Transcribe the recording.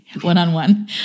One-on-one